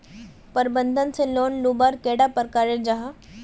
प्रबंधन से लोन लुबार कैडा प्रकारेर जाहा?